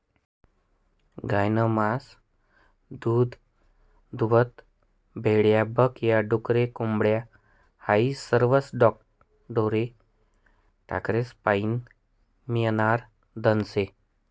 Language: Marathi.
गायनं मास, दूधदूभतं, मेंढ्या बक या, डुकरे, कोंबड्या हायी सरवं ढोरे ढाकरेस्पाईन मियनारं धन शे